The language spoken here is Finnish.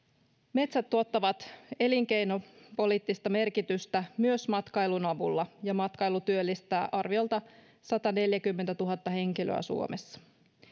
metsät tuottavat elinkeinopoliittista merkitystä myös matkailun avulla ja matkailu työllistää arviolta sataneljäkymmentätuhatta henkilöä suomessa